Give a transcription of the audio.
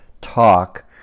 talk